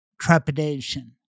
trepidation